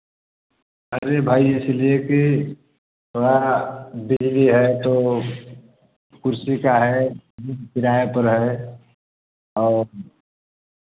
अरे भाई इसलिए कि थोड़ा देरी है तो कुर्सी का है रूम किराया पर है और